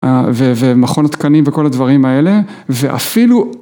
ומכון התקנים וכל הדברים האלה, ואפילו...